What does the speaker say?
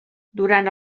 durant